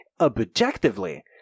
objectively